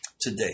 today